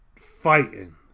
fighting